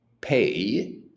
pay